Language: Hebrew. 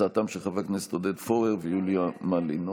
הצעתם של חברי הכנסת עודד פורר ויוליה מלינובסקי.